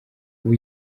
ubu